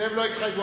לזה הם לא התחייבו.